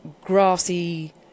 grassy